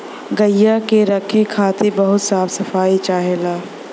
गइया के रखे खातिर बहुत साफ सफाई चाहेला